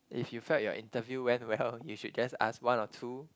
if you felt your interview went well you should just ask one or two